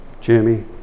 Jimmy